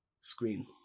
Screen